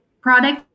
product